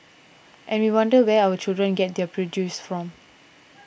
and we wonder where our children get their prejudices from